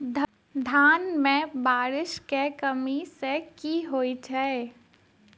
धान मे बारिश केँ कमी सँ की होइ छै?